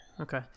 Okay